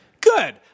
good